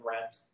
rent